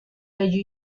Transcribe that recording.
baju